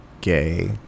Gay